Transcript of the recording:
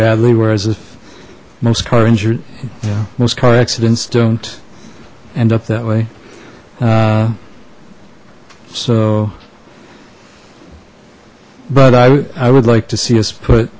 badly whereas a most car injured yeah most car accidents don't end up that way so but i would like to see us put